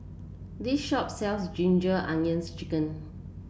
this shop sells Ginger Onions chicken